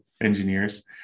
engineers